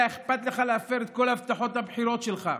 אכפת לך להפר את כל הבטחות הבחירות שלך.